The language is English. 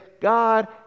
God